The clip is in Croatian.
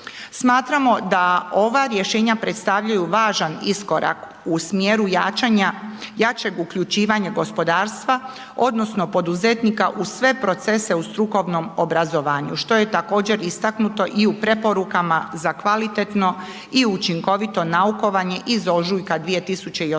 Smatramo da ova rješenja predstavljaju važan iskorak u smjeru jačeg uključivanja gospodarstva odnosno poduzetnika uz sve procese u strukovnom obrazovanju, što je također istaknuto i u preporukama za kvalitetno i učinkovito naukovanje iz ožujka 2018.